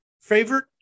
Favorite